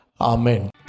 Amen